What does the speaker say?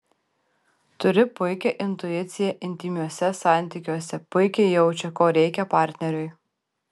turi puikią intuiciją intymiuose santykiuose puikiai jaučia ko reikia partneriui